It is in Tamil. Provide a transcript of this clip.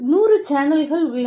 நூறு சேனல்கள் உள்ளன